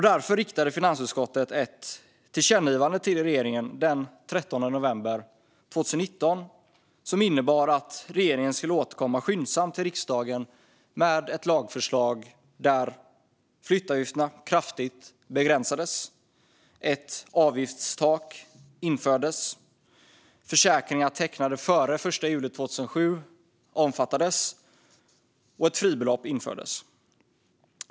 Därför riktade finansutskottet ett tillkännagivande till regeringen den 13 november 2019, som innebar att regeringen skulle återkomma skyndsamt till riksdagen med ett lagförslag där flyttavgifterna kraftigt begränsades, ett avgiftstak infördes, försäkringar tecknade före den 1 juli 2007 omfattades och ett fribelopp infördes.